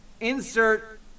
insert